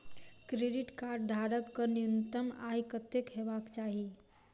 Credit card धारक कऽ न्यूनतम आय कत्तेक हेबाक चाहि?